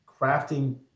crafting